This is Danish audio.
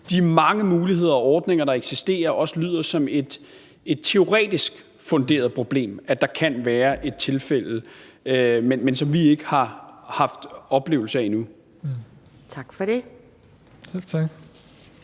de mange muligheder og ordninger, der eksisterer, også lyder som et teoretisk funderet problem, altså at der kan være tilfælde, som vi ikke har oplevet endnu. Kl.